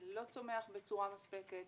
לא צומח בצורה מספקת,